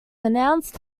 announced